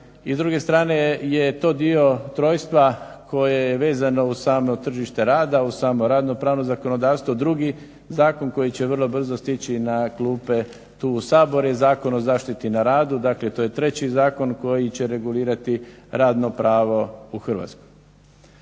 I s druge strane je to dio trojstva koje je vezano uz samo tržište rada uz samo radno-pravno zakonodavstvo. Drugi zakon koji će vrlo brzo stići na klupe tu u Sabor je Zakon o zaštiti na radu, dakle to je treći zakon koji će regulirati radno pravo u Hrvatskoj.